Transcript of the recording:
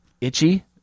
Itchy